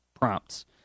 prompts